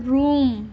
Rome